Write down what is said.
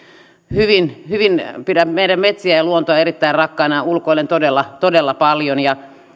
pidän meidän metsiämme ja luontoamme erittäin rakkaina ja ulkoilen todella todella paljon